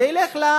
זה ילך לרשויות,